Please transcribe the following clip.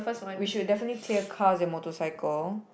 we should definitely clear cars and motorcycle